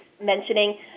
mentioning